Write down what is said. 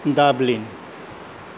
dublin